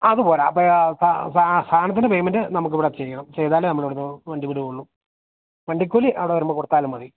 അതുപോരാ അപ്പോഴാ സാധനത്തിൻ്റെ പേയ്മെൻ്റ് നമുക്കിവിടെ ചെയ്യണം ചെയ്താലേ നമ്മളിവിടെനിന്നു വണ്ടി വിടുകയുള്ളു വണ്ടിക്കൂലി അവടെ വരുമ്പോള് കൊടുത്താലും മതി